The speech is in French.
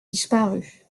disparu